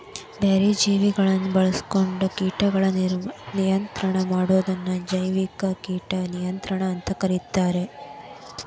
ಬ್ಯಾರೆ ಜೇವಿಗಳನ್ನ ಬಾಳ್ಸ್ಕೊಂಡು ಕೇಟಗಳನ್ನ ನಿಯಂತ್ರಣ ಮಾಡೋದನ್ನ ಜೈವಿಕ ಕೇಟ ನಿಯಂತ್ರಣ ಅಂತ ಕರೇತಾರ